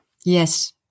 Yes